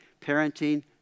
parenting